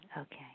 Okay